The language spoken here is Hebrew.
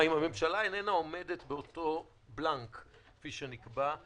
אם הממשלה איננה עומדת באותו בלנק כפי שנקבע,